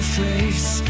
face